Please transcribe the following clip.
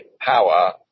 power